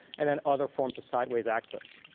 and then other forms of sideways access.